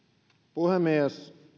puhemies